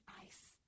ice